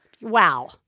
Wow